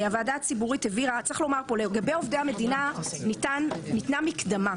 צריך לומר שלגבי עובדי המדינה ניתנה מקדמה.